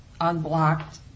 unblocked